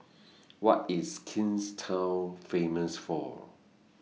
What IS Kingstown Famous For